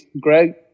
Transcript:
Greg